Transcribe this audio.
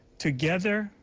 together,